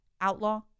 Outlaw